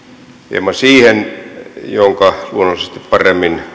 hieman siihen minkä luonnollisesti paremmin